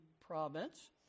province